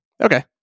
Okay